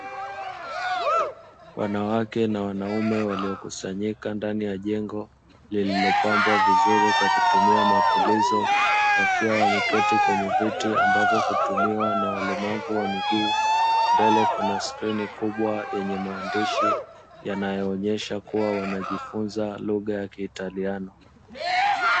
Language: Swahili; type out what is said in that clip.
Wanawake na wanaume waliokusanyika ndani ya jengo lililopambwa vizuri kwa kutumia mapulizo wakiwa wameketi kwenye viti ambavyo hutumiwa na walemavu wa miguu mbele kuna skini kubwa yenye maandishi yanayoonyesha kuwa wanajifunza lugha ya kitaliano.